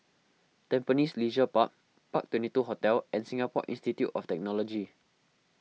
Tampines Leisure Park Park Twenty two Hotel and Singapore Institute of Technology